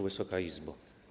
Wysoka Izbo!